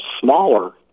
smaller